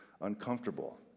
uncomfortable